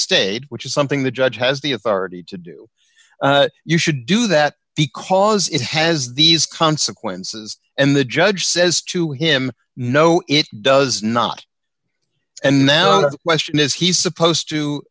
stayed which is something the judge has the authority to do you should do that because it has these consequences and the judge says to him no it does not and now the question is he's supposed to